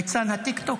ליצן הטיקטוק?